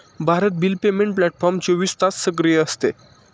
Bharat bill payment platform चोवीस तास सक्रिय असते